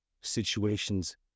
situations